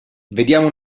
vediamo